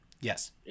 Yes